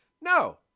no